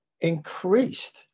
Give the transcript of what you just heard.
increased